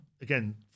again